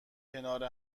کنار